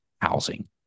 housing